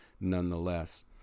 Nonetheless